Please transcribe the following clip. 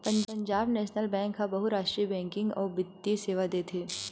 Punjab national bank ह बहुरास्टीय banking अउ बित्तीय सेवा देथे